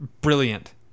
brilliant